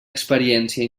experiència